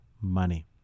money